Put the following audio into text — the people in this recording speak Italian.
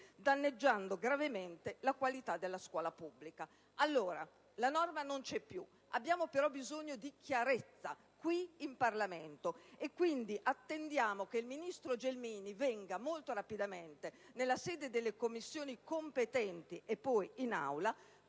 danneggiando gravemente la qualità della scuola pubblica. La norma non vi è più, ma abbiamo bisogno di chiarezza, qui in Parlamento. Quindi, attendiamo che il ministro Gelmini venga molto rapidamente nelle Commissioni competenti e poi in Aula